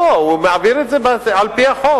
הוא מעביר את זה על-פי החוק.